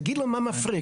תגיד לנו מה מפריע,